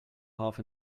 half